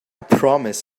promise